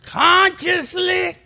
consciously